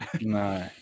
No